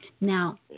Now